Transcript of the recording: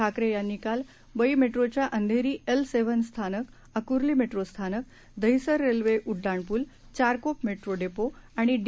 ठाकरेयांनीकालबईमेट्रोच्याअंघेरीएल सेव्हनस्थानक अकुर्लीमेट्रोस्थानक दहिसररेल्वेउड्डाणपूल चारकोपमेट्रोडेपोआणिडी